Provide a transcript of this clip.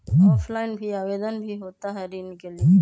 Offline भी आवेदन भी होता है ऋण के लिए?